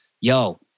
yo